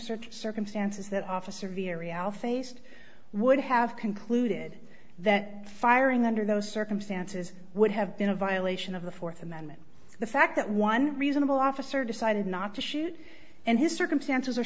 search circumstances that officer viri outfaced would have concluded that firing under those circumstances would have been a violation of the fourth amendment the fact that one reasonable officer decided not to shoot and his circumstances are